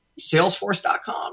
Salesforce.com